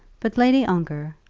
but lady ongar,